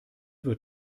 wird